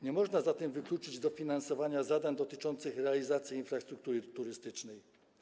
Nie można zatem wykluczyć dofinansowania zadań dotyczących realizacji infrastruktury turystycznej.